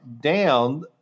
down